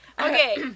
Okay